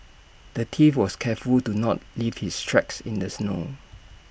the thief was careful to not leave his tracks in the snow